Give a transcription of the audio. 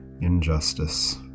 injustice